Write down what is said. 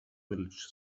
village